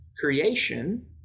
creation